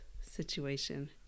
situation